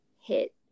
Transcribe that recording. hit